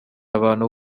abantu